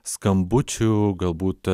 skambučių galbūt